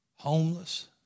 Homeless